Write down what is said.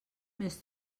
més